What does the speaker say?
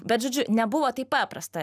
bet žodžiu nebuvo tai paprasta